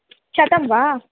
शतं वा